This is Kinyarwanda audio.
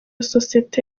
sosiyete